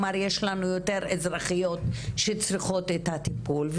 יש יותר אזרחיות שצריכות את הטיפול הזה,